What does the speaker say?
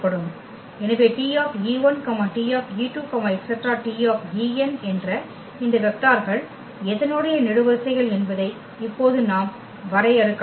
எனவே T T T என்ற இந்த வெக்டார்கள் எதனுடைய நெடுவரிசைகள் என்பதை இப்போது நாம் வரையறுக்கலாம்